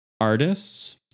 artists